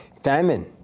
Famine